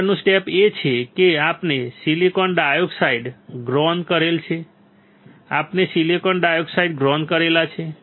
આગળનું સ્ટેપ એ છે કે આપણે સિલિકોન ડાયોક્સાઇડ ગ્રોન કરેલા છે આપણે સિલિકોન ડાયોક્સાઇડ ગ્રોન કરેલા છે